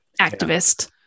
activist